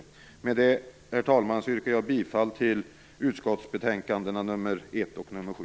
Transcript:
Herr talman! Med detta yrkar jag bifall till hemställan i utskottsbetänkandena nr 1 och 7.